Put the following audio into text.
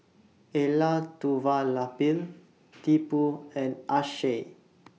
Elattuvalapil Tipu and Akshay